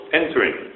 entering